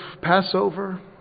Passover